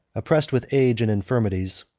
oppressed with age and infirmities,